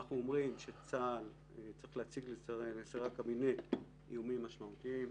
אנחנו אומרים שצה"ל צריך להציג לשרי הקבינט איומים משמעותיים,